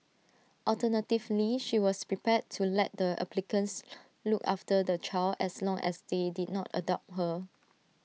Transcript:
alternatively she was prepared to let the applicants look after the child as long as they did not adopt her